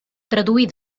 traduir